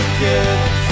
kids